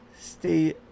stay